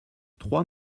trois